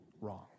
wrong